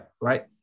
right